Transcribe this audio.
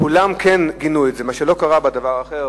כולם גינו את זה, מה שלא קרה בדבר האחר.